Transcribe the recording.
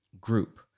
group